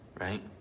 right